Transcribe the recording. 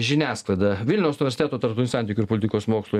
žiniasklaidą vilniaus universiteto tarptautinių santykių ir politikos mokslų